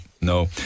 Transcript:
no